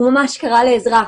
הוא ממש קרא לעזרה.